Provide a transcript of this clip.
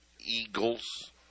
Eagles